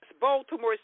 Baltimore